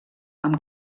amb